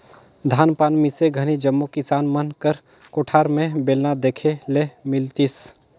धान पान मिसे घनी जम्मो किसान मन कर कोठार मे बेलना देखे ले मिलतिस